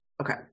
okay